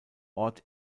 ort